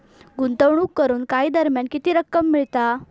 गुंतवणूक करून काही दरम्यान किती रक्कम मिळता?